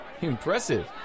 Impressive